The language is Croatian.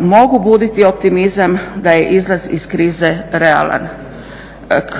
mogu buditi optimizam da je izlaz iz krize realan.